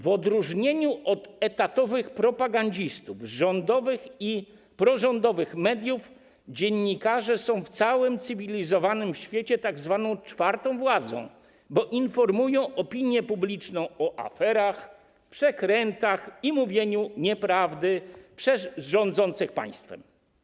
W odróżnieniu od etatowych propagandzistów rządowych i prorządowych mediów dziennikarze są w całym cywilizowanym świecie tzw. czwartą władzą, bo informują opinię publiczną o aferach, przekrętach i mówieniu nieprawdy przez rządzących państwem.